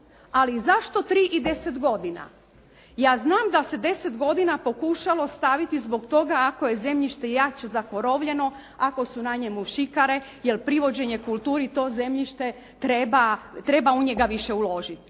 ali zašto tri i deset godina? Ja znam da se 10 godina pokušalo staviti zbog toga ako je zemljište jače zakorovljeno, ako su na njemu šikare jer privođenje kulturi treba, treba u njega više uložiti.